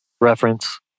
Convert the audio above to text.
reference